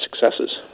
successes